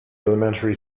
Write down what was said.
elementary